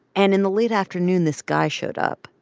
and in the late afternoon, this guy showed up.